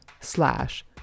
slash